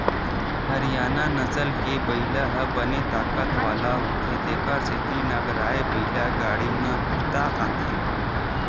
हरियाना नसल के बइला ह बने ताकत वाला होथे तेखर सेती नांगरए बइला गाड़ी म बूता आथे